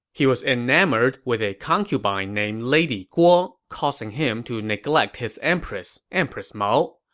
he was enamored with a concubine named lady guo, causing him to neglect his empress, empress mao.